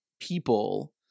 people